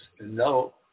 no